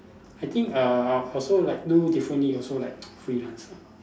I think err also like know Tiffany also like freelance ah